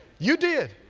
you did.